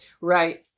Right